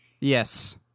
Yes